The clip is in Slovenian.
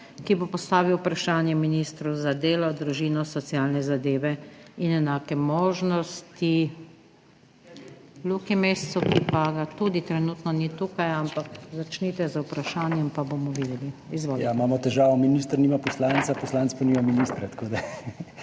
ki bo postavil vprašanje ministru za delo, družino, socialne zadeve in enake možnosti Luki Mescu, ki pa ga tudi trenutno ni tukaj, ampak začnite z vprašanjem, pa bomo videli. Izvolite. **RADO GLADEK (PS SDS):** Ja, imamo težavo, minister nima poslanca, poslanec pa nima ministra, ampak